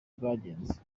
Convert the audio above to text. bwagenze